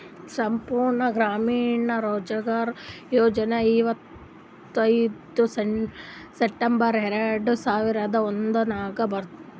ಸಂಪೂರ್ಣ ಗ್ರಾಮೀಣ ರೋಜ್ಗಾರ್ ಯೋಜನಾ ಇಪ್ಪತ್ಐಯ್ದ ಸೆಪ್ಟೆಂಬರ್ ಎರೆಡ ಸಾವಿರದ ಒಂದುರ್ನಾಗ ಬಂತು